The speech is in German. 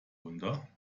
unter